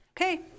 Okay